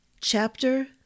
Chapter